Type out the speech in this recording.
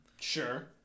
Sure